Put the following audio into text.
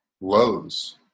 lows